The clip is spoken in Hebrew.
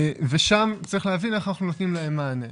ושם צריך להביא לכך שאנחנו נותנים להם מענה.